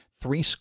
Three